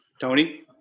Tony